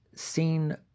seen